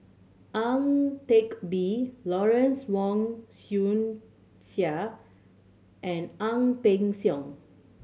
Ang Teck Bee Lawrence Wong Shyun and Ang Peng Siong